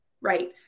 right